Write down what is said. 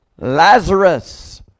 Lazarus